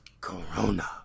Corona